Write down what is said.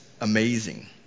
amazing